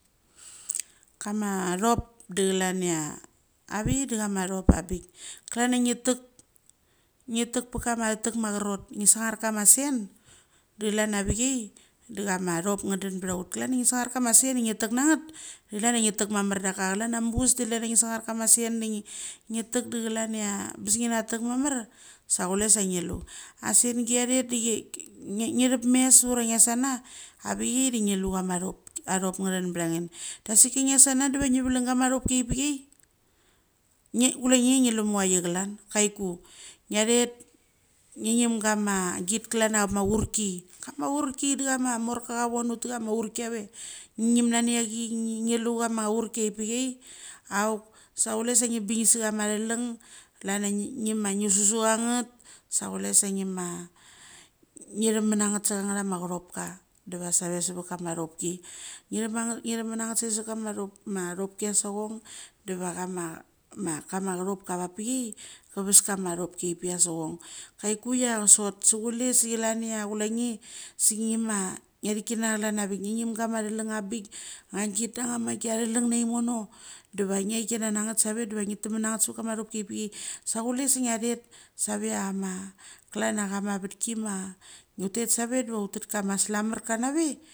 Kama athop de klan chia avidan chama thop abik. Klan chia nge thek, nge thek per. Kama thek ma achratnge sangchar kama asen de klan avik chia da chama athop ngdan beut klan chia nge sangchar kama sen de nge thekna nget de chlain nge thek mamar daka chlan da chaln chia ngi sangchar kama sen de nge, thekda chlan chia abes chia nguga thok, mamar sa chule sa ngelu. Asengi kithet nge thep mes ura ngiasana avichia de ngulu chama athop ngireng bange dasika ngiasana deve, nge valang sama athopki chia per chai chule nge ngi lumachgi klan, kaiku ngthet ngngem chama auchrki kiave ngingem nangugiachi ngelu kama auchrki chia per chia auk sa chule sa ngebin sacha ma thlem klan ngima anget sa chule sai ngie ma nge themana nget sa cha ma achopka deva save savet kama athopki nge themananget save savet kama athopki chia saong deva chama chopka pa chia cha vas krama athopki chia saong. Kaiki chia sot sa chule sa chlan chia chulengge uge ma ngthikina chaln avik ngngem ama athleng abik, angit da achama chia thelng deva ngial kinana nget save seva nge temana nget. Savet kama athopki chia pe chia, sa kule sa nogiathet save chama klan chia chama vetki ma utet save deva utet kama slamarka nave.